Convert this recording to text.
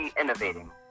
innovating